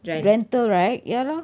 the rental right ya lor